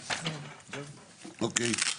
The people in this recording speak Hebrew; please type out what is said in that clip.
אוקיי.